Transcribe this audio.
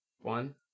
One